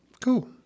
cool